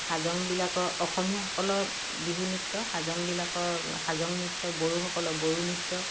হাজংবিলাকৰ অসমীয়াবিলাকৰ বিহু নৃত্য হাজংবিলাকৰ হাজং নৃত্য বড়োসকলৰ বড়ো নৃত্য